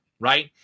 right